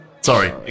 Sorry